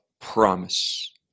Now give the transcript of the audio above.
promise